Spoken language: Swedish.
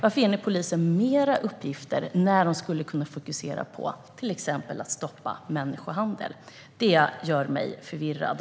Varför ger ni polisen fler uppgifter när man till exempel skulle kunna fokusera på att stoppa människohandel? Detta gör mig förvirrad.